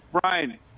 Brian